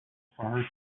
far